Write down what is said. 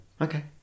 Okay